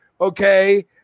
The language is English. okay